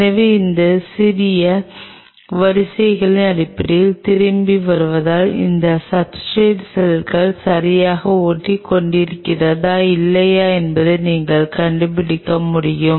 எனவே இந்த சிறிய வரிசைகளின் அடிப்படையில் திரும்பி வருவதால் அந்த சப்ஸ்ர்டேட் செல்கள் சரியாக ஒட்டிக்கொண்டிருக்கிறதா இல்லையா என்பதை நீங்கள் கண்டுபிடிக்க முடியும்